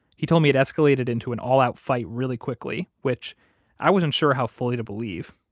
he told me it escalated into an all out fight really quickly, which i wasn't sure how fully to believe.